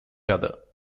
other